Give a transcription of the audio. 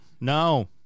No